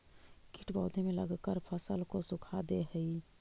कीट पौधे में लगकर फसल को सुखा दे हई